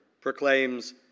proclaims